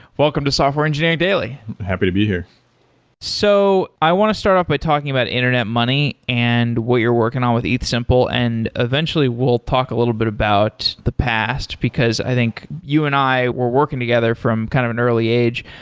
welcome to software engineering daily happy to be here so i want to start off by talking about internet money and what you're working on with ethsimple. and eventually, we'll talk a little bit about the past because i think you and i were working together from kind of an early age.